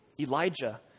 Elijah